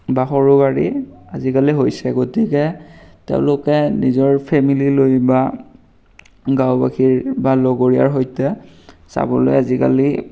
বা সৰু গাড়ী আজিকালি হৈছে গতিকে তেওঁলোকে নিজৰ ফেমিলি লৈ বা গাওঁবাসীৰ বা লগৰীয়াৰ সৈতে যাবলৈ আজিকালি